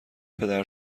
پدر